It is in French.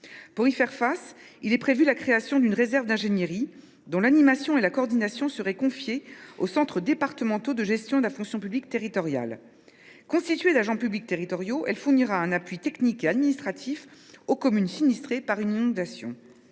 Pour y faire face, il est prévu la création d’une réserve d’ingénierie, dont l’animation et la coordination seraient confiées aux centres départementaux de gestion de la fonction publique territoriale. Constituée d’agents publics territoriaux, elle fournira un appui technique et administratif aux communes sinistrées par une inondation.